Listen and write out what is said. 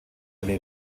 eine